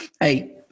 Hey